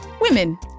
Women